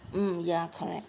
hmm ya correct